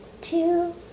two